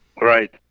right